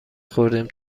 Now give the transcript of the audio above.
خوردیم